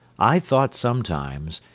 i thought sometimes,